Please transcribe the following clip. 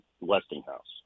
Westinghouse